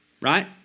Right